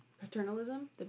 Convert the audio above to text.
paternalism